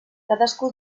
cadascú